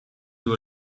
you